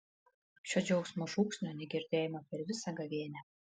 šio džiaugsmo šūksnio negirdėjome per visą gavėnią